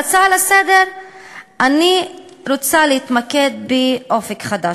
בהצעה לסדר-היום אני רוצה להתמקד ב"אופק חדש",